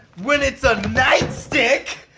when it's a nightstick!